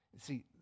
See